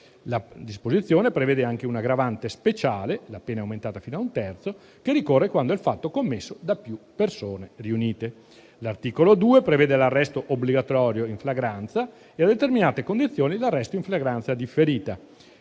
La disposizione prevede anche un'aggravante speciale (la pena è aumentata fino a un terzo) che ricorre quando il fatto è commesso da più persone riunite. L'articolo 2 prevede l'arresto obbligatorio in flagranza e, a determinate condizioni, l'arresto in flagranza differita